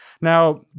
Now